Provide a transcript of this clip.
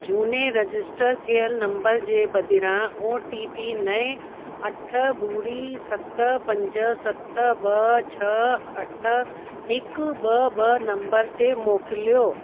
झूने रजिस्टर थियलु नंबर जे बदिरां ओ टी पी नए अठ ॿुड़ी सत पंज सत ॿ छह अठ हिकु ॿ ॿ नंबर ते मोकिलियो